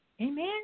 Amen